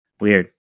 Weird